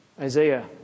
Isaiah